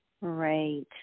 Right